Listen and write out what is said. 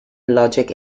logic